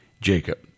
Jacob